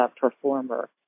performer